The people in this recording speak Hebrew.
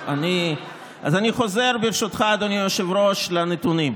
אני חוזר, ברשותך, אדוני היושב-ראש, לנתונים,